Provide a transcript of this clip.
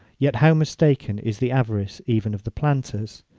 yet how mistaken is the avarice even of the planters?